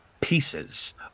pieces